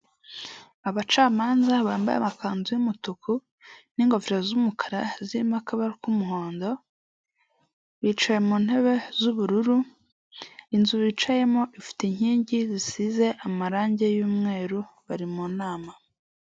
Abacamanza bambaye amakanzu y'umutuku, n'ingofero z'umukara, zirimo akabara k'umuhondo, bicaye mu ntebe z'ubururu, inzu bicayemo ifite inkingi zisize amarangi y'umweru bari mu nama.